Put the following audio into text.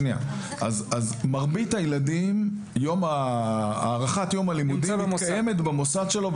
--- מרבית הילדים הארכת יום הלימודים מתקיימת במוסד שלו,